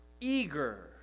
eager